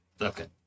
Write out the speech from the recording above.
Okay